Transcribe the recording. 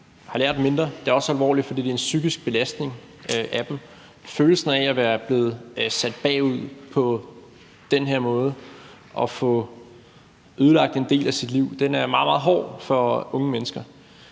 har lært mindre, og det er alvorligt, fordi det er en psykisk belastning af dem. Følelsen af at være blevet sat bagud på den her måde og få ødelagt en del af sit liv er meget, meget hård for unge mennesker.